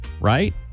Right